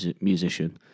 musician